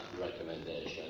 recommendation